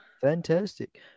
Fantastic